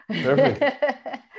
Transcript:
Perfect